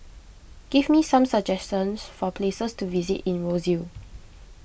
give me some suggestions for places to visit in Roseau